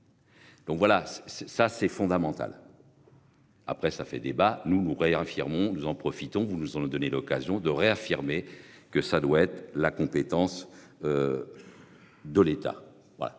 Donc voilà c'est ça c'est fondamental. Après ça fait débat. Nous réaffirmons nous en profitons, vous nous en ont donné l'occasion de réaffirmer que ça doit être la compétence. De l'État.